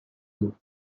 you